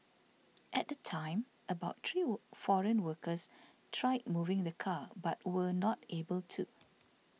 at the time about three foreign workers tried moving the car but were not able to